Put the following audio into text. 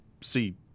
see